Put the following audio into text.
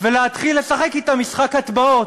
ולהתחיל לשחק אתה משחק הטבעות,